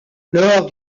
lors